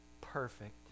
perfect